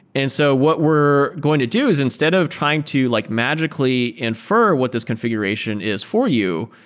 and so what we're going to do is instead of trying to like magically infer what this configuration is for you,